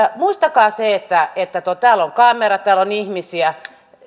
muistakaa se että että täällä on kamerat täällä on ihmisiä